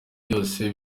vyose